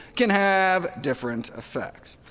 can have different effects.